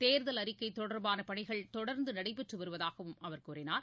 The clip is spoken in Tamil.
தேர்தல் அறிக்கை தொடர்பான பணிகள் தொடர்ந்து நடைபெற்று வருவதாகவும் அவர் கூறினார்